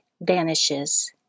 vanishes